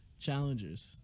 Challengers